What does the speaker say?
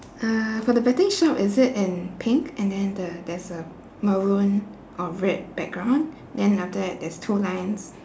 uh for the betting shop is it in pink and then the there's a maroon or red background then after that there's two lines